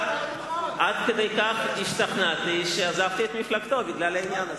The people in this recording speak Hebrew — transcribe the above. עד כדי כך השתכנעתי שעזבתי את מפלגתו בגלל העניין הזה.